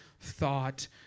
thought